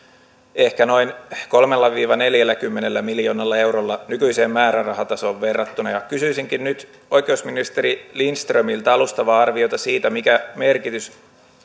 ehkä noin kolmellakymmenellä viiva neljälläkymmenellä miljoonalla eurolla nykyiseen määrärahatasoon verrattuna kysyisinkin nyt oikeusministeri lindströmiltä alustavaa arviota siitä mikä merkitys